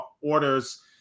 orders